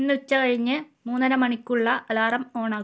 ഇന്ന് ഉച്ച കഴിഞ്ഞ് മൂന്നര മണിക്കുള്ള അലാറം ഓണാക്കുക